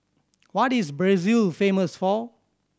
what is Brazil famous for